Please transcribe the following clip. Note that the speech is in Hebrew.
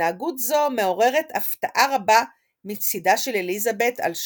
והתנהגות זו מעוררת הפתעה רבה מצידה של אליזבת על שרלוט.